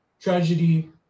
tragedy